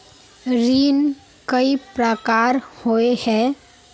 ऋण कई प्रकार होए है?